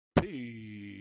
peace